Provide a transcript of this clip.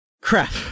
Crap